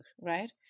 right